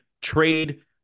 trade